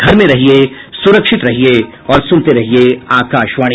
घर में रहिये सुरक्षित रहिये और सुनते रहिये आकाशवाणी